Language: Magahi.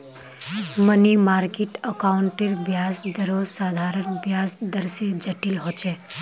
मनी मार्किट अकाउंटेर ब्याज दरो साधारण ब्याज दर से जटिल होचे